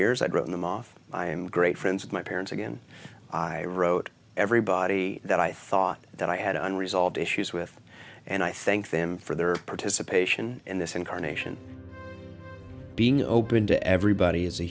years i'd written them off i am great friends with my parents again i wrote everybody that i thought that i had unresolved issues with and i thank them for their participation in this incarnation being open to everybody is a